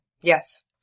Yes